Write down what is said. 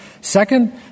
Second